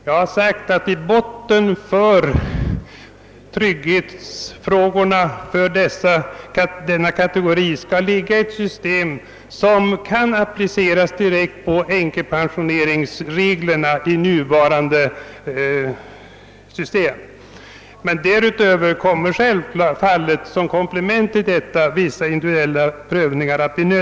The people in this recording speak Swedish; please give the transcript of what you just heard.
Jag har sagt att i botten för lösningen av trygghetsfrågorna för denna kategori skall ligga ett system applicerat direkt på änkepensioneringsreglerna i nuvarande system, men att som komplement till detta det naturligtvis blir nödvändigt att göra vissa individuella prövningar.